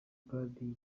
kandi